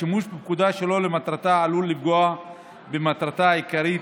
השימוש בפקודה שלא למטרתה עלול לפגוע במטרתה העיקרית,